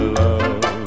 love